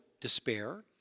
despair